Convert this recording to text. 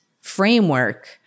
framework